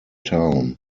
town